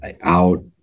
out